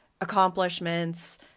accomplishments